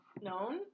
known